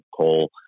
coal